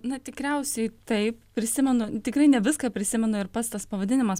na tikriausiai taip prisimenu tikrai ne viską prisimenu ir pats tas pavadinimas